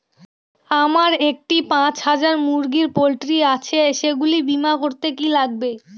আমার একটি পাঁচ হাজার মুরগির পোলট্রি আছে সেগুলি বীমা করতে কি লাগবে?